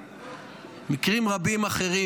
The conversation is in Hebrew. ובמקרים רבים אחרים.